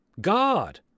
God